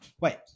wait